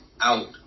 out